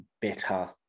better